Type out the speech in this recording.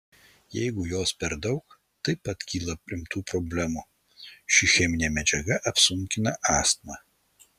jeigu jos per daug taip pat kyla rimtų problemų ši cheminė medžiaga apsunkina astmą